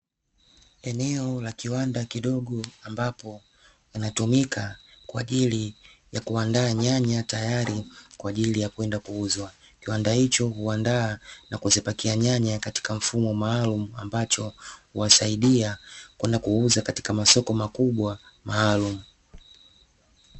Eneo la kiwanda kidogo ambapo inatumika kwa ajili ya kuandaa nyanya tayari kwa ajili ya kwenda kuuzwa, kiwanda hicho huandaa na kuzipakia nyanya katika mfumo maalumu ambacho huwasaidia kwenda kuuza katika masoko makubwa maalumu.